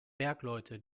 bergleute